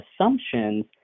assumptions